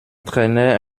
traînaient